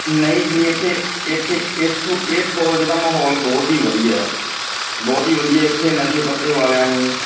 ਨਹੀਂ ਜੀ ਇੱਥੇ ਇੱਥੇ ਇੱਥੋਂ ਇਸ ਕਾਲਜ ਦਾ ਮਾਹੌਲ ਬਹੁਤ ਹੀ ਵਧੀਆ ਬਹੁਤ ਹੀ ਵਧੀਆ ਇੱਥੇ ਨਸ਼ੇ ਪੱਤੇ ਵਾਲਿਆਂ ਨੂੰ